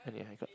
I need a haircut